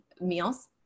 meals